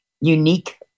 unique